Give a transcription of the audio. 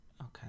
Okay